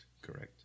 Correct